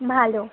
ভালো